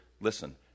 listen